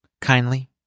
kindly